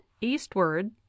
eastward